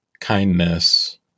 kindness